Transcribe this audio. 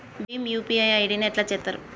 Bhim UPI ID ని ఎట్లా చేత్తరు?